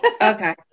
Okay